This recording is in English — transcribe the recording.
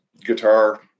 guitar